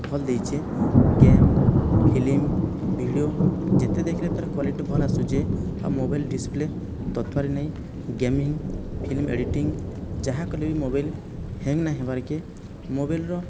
ଭଲ ଦେଇଛି game film video ଯେତେ ଦେଖିଲାପରେ କ୍ଵାଲିଟି ଭଲ ଆସୁଛି ଆଉ ମୋବାଇଲ୍ ଡିସ୍ପ୍ଲେ ତତ୍ବାର ନାହିଁ ଗେମିଂ ଫିଲ୍ମ ଏଡିଟିଂ ଯାହା କଲେବି ମୋବାଇଲ୍ ହ୍ୟାଙ୍ଗ୍ ନାହିଁ ହେବାର କି ମୋବାଇଲ୍ର